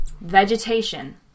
vegetation